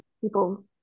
people